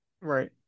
right